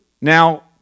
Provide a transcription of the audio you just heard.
Now